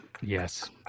yes